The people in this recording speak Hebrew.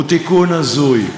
הוא תיקון הזוי,